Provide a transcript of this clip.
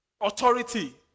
Authority